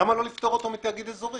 למה לא לפטור אותו מתאגיד אזורי?